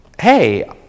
hey